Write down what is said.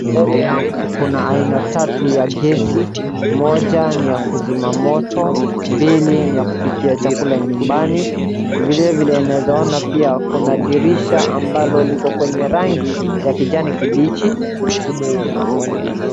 Mbele yangu kuna aina tatu ya gesi. Moja ni ya kuzima moto, mbili ni yakupikia chakula nyumbani. Vilevile naeza ona pia kuwa kuna dirisha ambalo liko kwenye rangi ya kijani kimbichi.